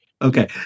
Okay